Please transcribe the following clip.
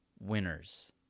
winners